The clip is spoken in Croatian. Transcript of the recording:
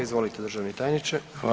Izvolite državni tajniče.